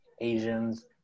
Asians